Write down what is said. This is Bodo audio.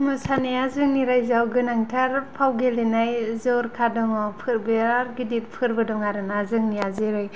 मोसानाया जोंनि रायजोआव गोनांथार फाव गेलेनाय जर'खा दङ बेराद गिदिर फोरबो दङ आरो ना जोंनिया जेरै